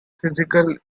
physical